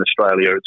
Australia